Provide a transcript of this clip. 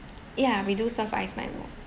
yeah we do serve iced milo